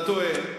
אתה טועה.